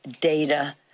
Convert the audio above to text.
data